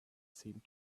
seemed